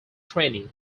training